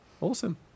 Awesome